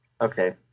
Okay